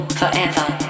forever